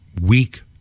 weak